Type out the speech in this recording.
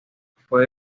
fue